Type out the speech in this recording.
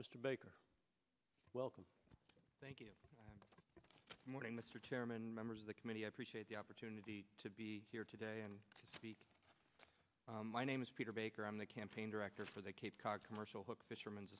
mr baker welcome thank you morning mr chairman members of the committee i appreciate the opportunity to be here today and to speak my name is peter baker on the campaign director for the cape cod commercial hook fishermen's